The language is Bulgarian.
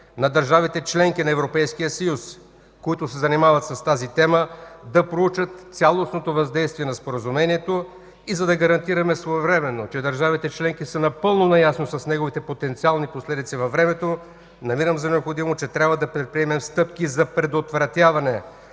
на държавите – членки на Европейския съюз, които се занимават с тази тема, да проучат цялостното въздействие на Споразумението и за да гарантираме, своевременно, че държавите членки са напълно наясно с неговите потенциални последици във времето, намирам за необходимо че трябва да предприемем стъпки за предотвратяване